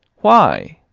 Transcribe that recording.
why?